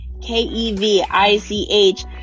K-E-V-I-C-H